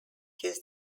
his